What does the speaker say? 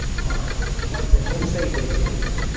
are ones that don't say things like.